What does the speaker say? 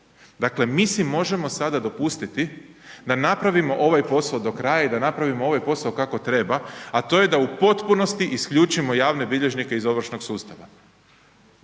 Dakle mi si možemo sada dopustiti da napravimo ovaj posao do kraja i da napravimo ovaj posao kako treba a to je da u potpunosti isključimo javne bilježnike iz ovršnog sustava.